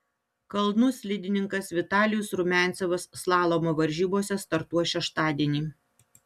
kalnų slidininkas vitalijus rumiancevas slalomo varžybose startuos šeštadienį